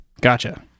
Gotcha